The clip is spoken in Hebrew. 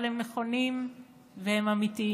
אבל הם נכונים ואמיתיים.